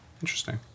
interesting